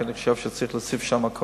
כי אני חושב שצריך להוסיף שם כוח-אדם.